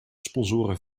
sponsoren